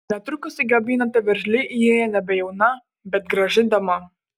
netrukus į kabinetą veržliai įėjo nebejauna bet graži dama